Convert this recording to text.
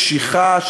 קשיחה,